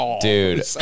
Dude